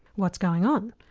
what's going on?